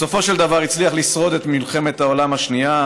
בסופו של דבר הוא הצליח לשרוד במלחמת העולם השנייה,